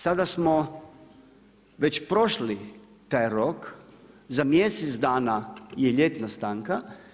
Sada smo već prošli taj rok, za mjesec dana je ljetna stanka.